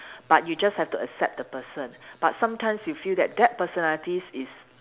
but you just have to accept the person but sometimes you feel that that personalities is